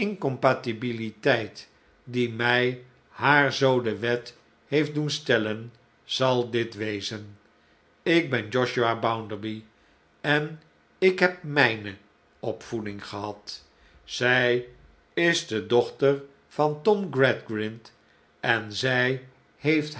incompatibiliteit die mij haar zoo de wet heeft doen stellen zal dit wezen ik ben josiah bounderby en ik heb mijne opvoeding gehad zij is de dochter van tom gradgrind en zij heeft